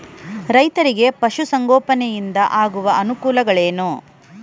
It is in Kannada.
ರೈತರಿಗೆ ಪಶು ಸಂಗೋಪನೆಯಿಂದ ಆಗುವ ಅನುಕೂಲಗಳೇನು?